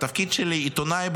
של עיתונאי,